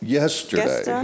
yesterday